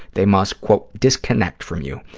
they must, quote, disconnect from you.